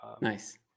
Nice